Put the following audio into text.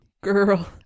girl